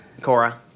Cora